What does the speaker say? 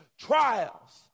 trials